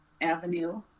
avenue